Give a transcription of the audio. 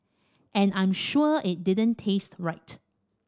and I'm sure it didn't taste right